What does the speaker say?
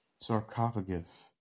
Sarcophagus